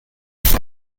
for